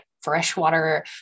freshwater